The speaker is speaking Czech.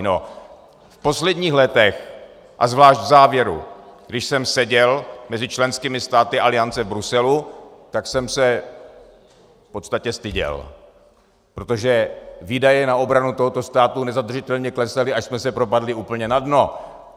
V posledních letech a zvlášť v závěru, když jsem seděl mezi členskými státy Aliance v Bruselu, tak jsem se v podstatě styděl, protože výdaje na obranu tohoto státu nezadržitelně klesaly, až jsme se propadli úplně na dno.